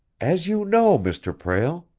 as you know, mr. prale.